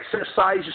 exercise